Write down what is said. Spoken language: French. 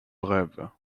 brève